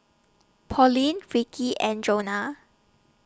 Pauline Ricky and Jonah